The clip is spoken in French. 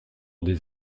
des